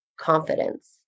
confidence